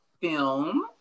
film